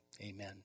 amen